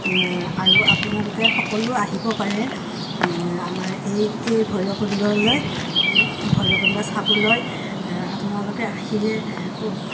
আৰু আপোনালোকে সকলো আহিব পাৰে আমাৰ এই এই ভৈৰৱকুণ্ডলৈ ভৈৰৱকুণ্ড চাবলৈ আপোনালোকে আহিলে